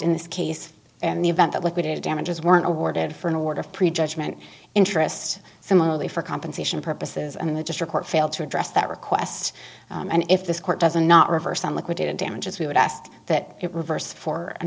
in this case and the event that liquidated damages weren't awarded for an award of pre judgement interest similarly for compensation purposes and the just report failed to address that request and if this court doesn't not reverse on liquidated damages we would ask that it reverse for an